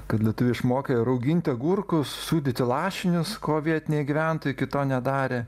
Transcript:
kad lietuviai išmokė rauginti agurkus sūdyti lašinius ko vietiniai gyventojai iki to nedarė